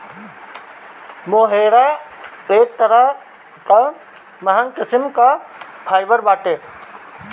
मोहेर एक तरह कअ महंग किस्म कअ फाइबर बाटे